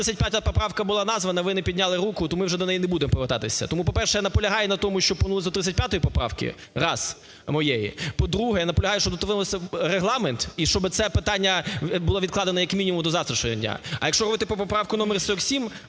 ваша 35 поправка була названа, ви не підняли руку, то ми вже до неї не будемо повертатися. Тому, по-перше, я наполягаю на тому, щоб повернулись до 35 поправки – раз, моєї. По-друге, я наполягаю, щоб дотримувалися Регламенту, і щоб це питання було відкладено як мінімум до завтрашнього дня. А якщо говорити про поправку номер 47,